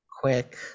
quick